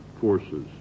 forces